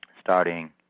starting